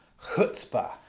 chutzpah